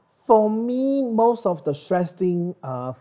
for me most of the stress thing uh